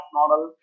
model